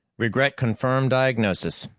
regret confirm diagnosis.